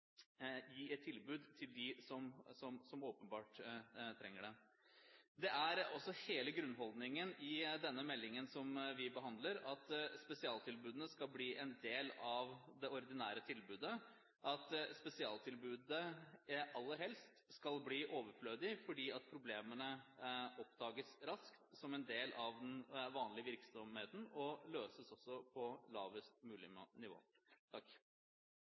gi et tilbud til dem som åpenbart trenger det. Hele grunnholdningen i denne meldingen som vi behandler, er at spesialtilbudene skal bli en del av det ordinære tilbudet, at spesialtilbudet aller helst skal bli overflødig fordi problemene oppdages raskt, som en del av den vanlige virksomheten, og løses på lavest mulig nivå.